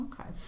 Okay